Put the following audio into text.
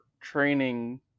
training